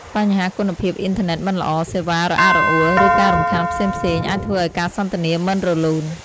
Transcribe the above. មិនតែប៉ុណ្ណោះ ទោះបីបច្ចេកវិទ្យាទំនើបដូចជាវីដេអូខល និងសារ បានជួយឱ្យយើងទំនាក់ទំនងបានយ៉ាងងាយស្រួលក៏ដោយ ក៏វានៅតែមានដែនកំណត់។